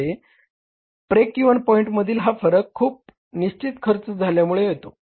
येथे break even पॉईंटमधील हा फरक खूप निश्चित खर्च झाल्यामुळे येतो